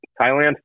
thailand